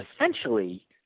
essentially